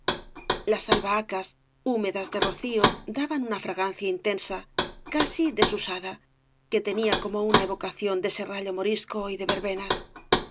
las albahacas húmedas de rocío daban una fragancia intensa casi desusada que tenía como una evocación de serrallo morisco y de verbenas la